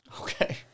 Okay